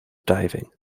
diving